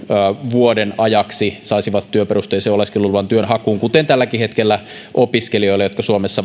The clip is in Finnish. vuoden ajaksi saisivat työperusteisen oleskeluluvan työnhakuun kuten tälläkin hetkellä ulkomaalaisille opiskelijoille jotka suomessa